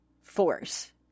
force